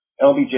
LBJ